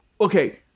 okay